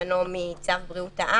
הוא לבקשת משרד הרווחה.